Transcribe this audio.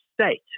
state